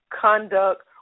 conduct